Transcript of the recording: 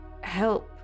help